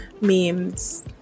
memes